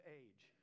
age